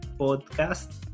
Podcast